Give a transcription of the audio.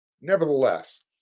Nevertheless